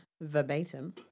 verbatim